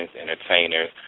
entertainers